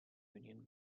union